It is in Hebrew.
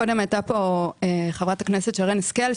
קודם הייתה פה חברת הכנסת שרן השכל,